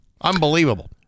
Unbelievable